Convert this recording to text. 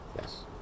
Yes